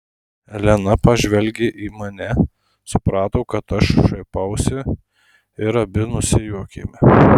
elena pažvelgė į mane suprato kad aš šaipausi ir abi nusijuokėme